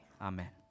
Amen